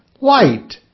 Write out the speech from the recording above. light